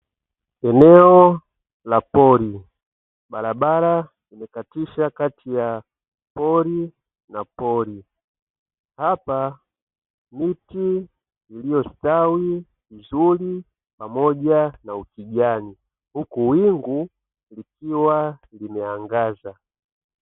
Eneo la pori; barabara imekatisha kati ya pori na pori, hapa miti iliyostawi vizuri pamoja na ukijani huku wingu likiwa limeangaza.